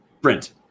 Brent